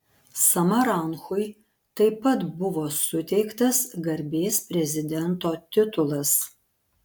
samaranchui taip pat buvo suteiktas garbės prezidento titulas